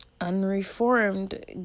unreformed